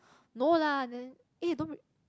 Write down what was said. no lah then eh don't